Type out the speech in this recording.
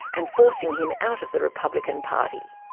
and forcing him out of the republican party.